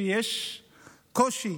כשיש קושי